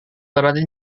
berada